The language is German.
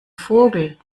vogel